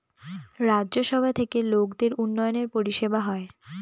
রাজ্য সভা থেকে লোকদের উন্নয়নের পরিষেবা হয়